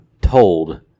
told